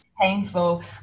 painful